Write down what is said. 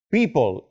People